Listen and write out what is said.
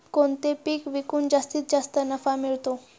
कोणते पीक विकून जास्तीत जास्त नफा मिळतो?